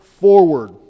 forward